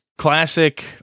Classic